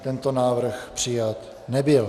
Tento návrh přijat nebyl.